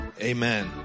Amen